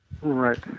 Right